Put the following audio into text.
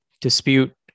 dispute